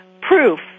proof